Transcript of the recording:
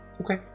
Okay